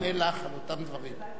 הוא עונה לך על אותם דברים.